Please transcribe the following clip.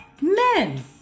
men